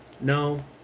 No